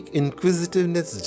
inquisitiveness